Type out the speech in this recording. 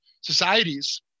societies